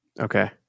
Okay